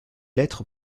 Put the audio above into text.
lettres